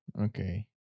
Okay